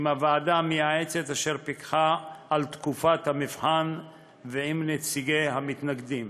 עם הוועדה המייעצת אשר פיקחה על תקופת המבחן ועם נציגי המתנגדים.